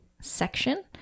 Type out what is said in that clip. section